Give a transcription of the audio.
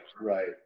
right